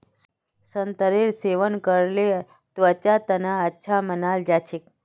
संतरेर सेवन करले त्वचार तना अच्छा मानाल जा छेक